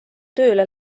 tööle